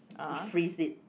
and freeze it